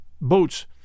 boats